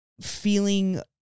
feeling